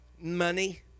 money